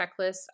checklist